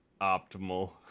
optimal